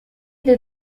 the